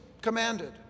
commanded